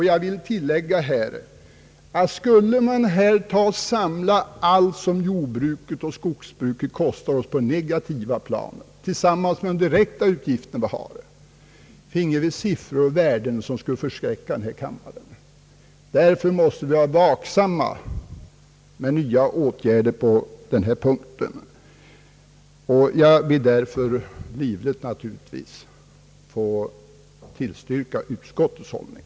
Jag vill tillägga, att skulle vi räkna ihop allt som jordbruket och skogsbruket kostar oss på det negativa planet tillsammans med de direkta utgifterna, finge vi siffror som skulle förskräcka denna kammare. Därför måste vi vara vaksamma med nya åtgärder på detta område. Jag vill livligt tillstyrka utskottets hemställan.